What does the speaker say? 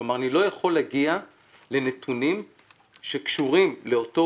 אני לא יכול להגיע לנתונים שקשורים לאותו